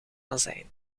azijn